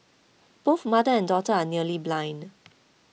both mother and daughter are nearly blind